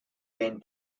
been